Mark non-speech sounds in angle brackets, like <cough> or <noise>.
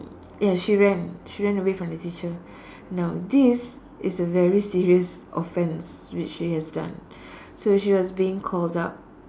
ya she ran she ran away from the teacher now this is a very serious offence which she has done <breath> so she was being called up